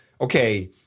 okay